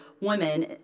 women